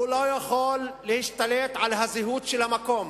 הוא לא יכול להשתלט על הזהות של המקום.